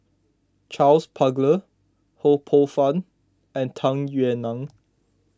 Charles Paglar Ho Poh Fun and Tung Yue Nang